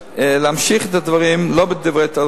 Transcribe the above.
להמשיך את הדברים לא בדברי תורה,